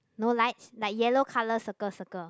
no lights like yellow colour circle circle